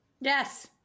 Yes